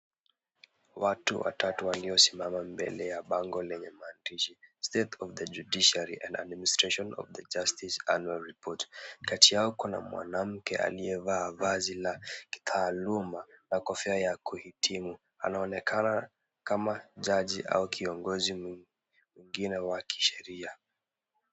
Watu watatu waliosimama mbele ya bango lenye maandishi state of the judiciary and the administartion of justice annual report .Kati yao kuna mwanamke aliyevaa vazi la kitaaluma na kofia ya kuhitimu. Anaonekana kama jaji au kiongozi pengine wakisheria.